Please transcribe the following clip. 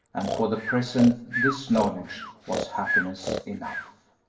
and for the present this knowledge was happiness enough.